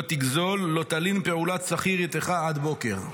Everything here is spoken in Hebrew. תגזֹל לא תלין פעֻלת שכיר אִתך עד בֹקר".